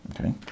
okay